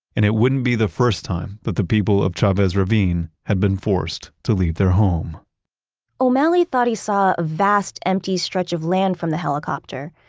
and it wouldn't be the first time that the people of chavez ravine had been forced to leave their home o'malley thought he saw a vast empty stretch of land from the helicopter.